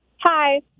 Hi